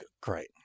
great